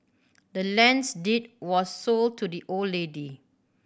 the land's deed was sold to the old lady